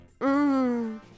Mmm